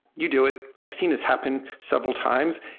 you do it. i've seen this happen several times.